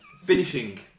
Finishing